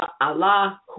Allah